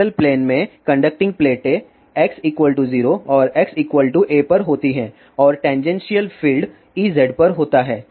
parallel plane waveguide में conducting प्लेटें x 0 और x a पर होती हैं और टैनजेशिअल फील्ड Ez होता है